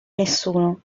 nessuno